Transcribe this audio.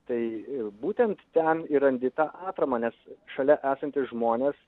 tai ir būtent ten ir randi tą atramą nes šalia esantys žmonės